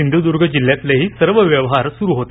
सिंधूदुर्ग जिल्ह्यातलेही सर्व व्यवहार सुरळीत सुरु होते